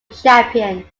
champion